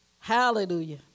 Hallelujah